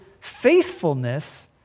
faithfulness